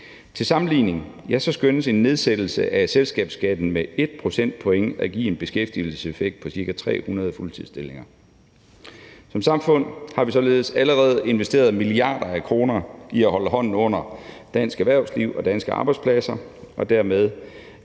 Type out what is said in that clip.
Til sammenligning skønnes en nedsættelse af selskabsskatten med 1 procentpoint at give en beskæftigelseseffekt på ca. 300 fuldtidsstillinger. Som samfund har vi således allerede investeret milliarder af kroner i at holde hånden under dansk erhvervsliv og danske arbejdspladser. Dermed